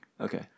Okay